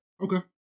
Okay